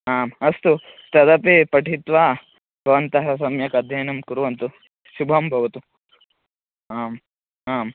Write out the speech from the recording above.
आम् अस्तु तदपि पठित्वा भवन्तः सम्यक् अद्ययनं कुर्वन्तु शुभं भवतु आम् आम्